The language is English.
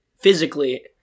Physically